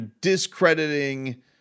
discrediting